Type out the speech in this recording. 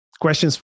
questions